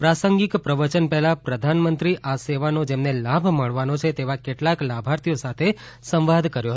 પ્રાસંગિક પ્રવચન પહેલા પ્રધાનમંત્રી આ સેવાનો જેમને લાભ મળવાનો છે તેવા કેટલાક લાભાર્થીઓ સાથે સંવાદ કર્યો હતો